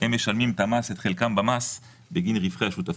משלמים את חלקם במס בגין רווחי השותפות.